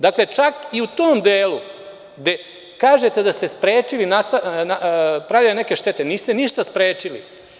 Dakle, čak i u tom delu gde kažete da ste sprečili, pravili neke štete, niste ništa sprečili.